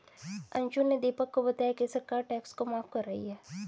अंशु ने दीपक को बताया कि सरकार टैक्स को माफ कर रही है